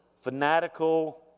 fanatical